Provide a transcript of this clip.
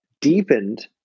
deepened